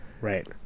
Right